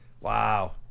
Wow